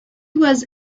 was